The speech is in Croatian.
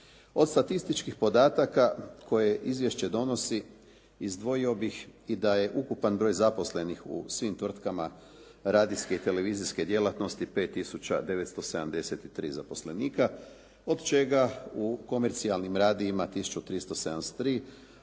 Od statističkih podataka koje izvješće donosi izdvojio bih i da je ukupan broj zaposlenih u svim tvrtkama radijske i televizijske djelatnosti 5 tisuća 973 zaposlenika od čega u komercijalnim radijima tisuću